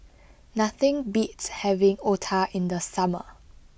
nothing beats having Otah in the summer